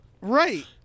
right